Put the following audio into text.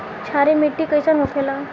क्षारीय मिट्टी कइसन होखेला?